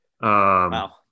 Wow